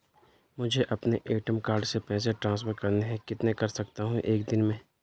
मुझे अपने ATM card से पैसे ट्रांसफर करने हैं कितने कर सकता हूँ एक दिन में?